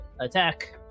Attack